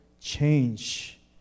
change